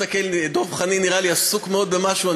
דב חנין נראה לי עסוק מאוד במשהו,